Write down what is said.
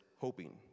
hoping